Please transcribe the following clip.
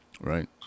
right